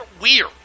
weird